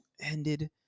ended